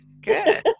good